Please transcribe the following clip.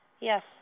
Yes